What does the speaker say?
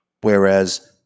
whereas